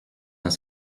dans